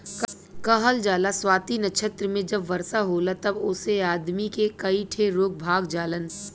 कहल जाला स्वाति नक्षत्र मे जब वर्षा होला तब ओसे आदमी के कई ठे रोग भाग जालन